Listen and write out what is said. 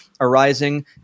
arising